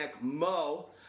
Mo